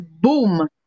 boom